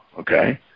okay